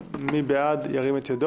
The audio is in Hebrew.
כלומר בעוד יומיים.